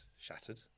shattered